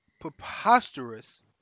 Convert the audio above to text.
preposterous